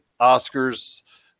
Oscars